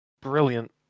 brilliant